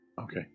Okay